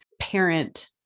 parent